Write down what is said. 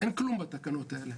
אין כלום בתקנות האלה.